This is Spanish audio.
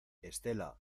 estela